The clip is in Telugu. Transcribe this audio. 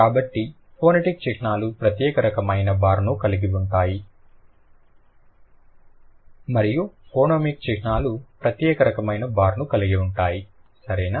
కాబట్టి ఫొనెటిక్ చిహ్నాలు ప్రత్యేక రకమైన బార్ను కలిగి ఉంటాయి మరియు ఫోనెమిక్ చిహ్నాలు ప్రత్యేక రకమైన బార్ను కలిగి ఉంటాయి సరేనా